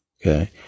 okay